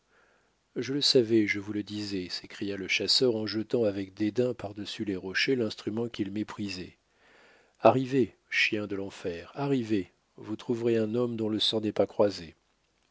je le savais je vous le disais s'écria le chasseur en jetant avec dédain par-dessus les rochers l'instrument qu'il méprisait arrivez chiens de l'enfer arrivez vous trouverez un homme dont le sang n'est pas croisé